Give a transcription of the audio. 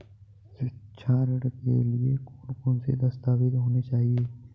शिक्षा ऋण के लिए कौन कौन से दस्तावेज होने चाहिए?